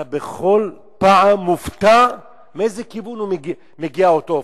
אתה בכל פעם מופתע מאיזה כיוון מגיע אותו אופנוע,